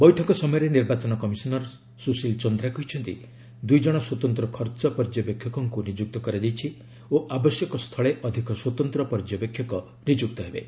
ବୈଠକ ସମୟରେ ନିର୍ବାଚନ କମିଶନର ସୁଶୀଲ ଚନ୍ଦ୍ରା କହିଛନ୍ତି ଦୁଇ ଜଣ ସ୍ୱତନ୍ତ୍ର ଖର୍ଚ୍ଚ ପର୍ଯ୍ୟବେକ୍ଷକଙ୍କୁ ନିଯୁକ୍ତ କରାଯାଇଛି ଓ ଆବଶ୍ୟକ ସ୍ଥୁଳେ ଅଧିକ ସ୍ପତନ୍ତ୍ର ପର୍ଯ୍ୟବେକ୍ଷକ ନିଯୁକ୍ତ ହେବେ